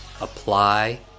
apply